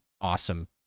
awesome